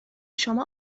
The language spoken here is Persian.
شما